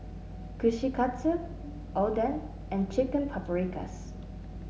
Kushikatsu Oden and Chicken Paprikas